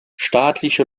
staatliche